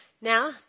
Now